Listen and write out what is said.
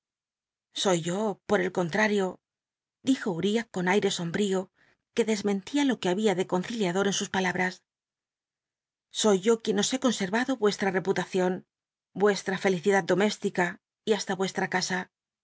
soy yo por el conlmrio dijo ul'iah con aire sombrío que desmentía lo que babia de conciliador en sus palabtas soy yo quien os he consctvado vuestra rcputacion yuesha felicidad doméstica y hasta vuestra casa